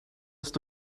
ist